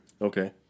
Okay